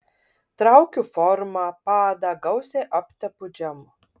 traukiu formą padą gausiai aptepu džemu